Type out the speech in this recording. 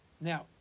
Now